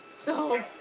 so,